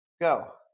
Go